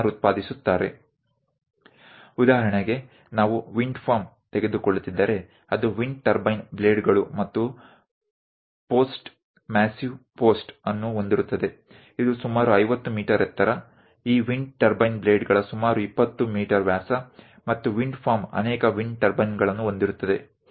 ઉદાહરણ તરીકે જો આપણે પવનચક્કી ક્ષેત્ર વિન્ડફાર્મ લઈએ છીએ તો તેમાં વિન્ડ ટર્બાઇન બ્લેડ અને એક થાંભલો બહુ વજનદાર થાંભલો છે જેની ઊંચાઈ લગભગ 50 મીટરની છે આ વિન્ડ ટર્બાઇન બ્લેડ 20 મીટર વ્યાસ ના હોઈ શકે છે અને આ વિન્ડ ફાર્મ માં પવન ચક્કી ક્ષેત્રમાં ઘણી બધી વિન્ડ ટર્બાઇન નો સમાવેશ થાય છે